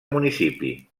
municipi